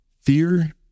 fear